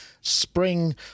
Spring